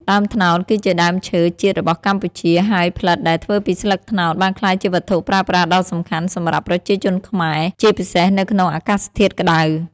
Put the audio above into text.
ដើមត្នោតគឺជាដើមឈើជាតិរបស់កម្ពុជា ហើយផ្លិតដែលធ្វើពីស្លឹកត្នោតបានក្លាយជាវត្ថុប្រើប្រាស់ដ៏សំខាន់សម្រាប់ប្រជាជនខ្មែរជាពិសេសនៅក្នុងអាកាសធាតុក្តៅ។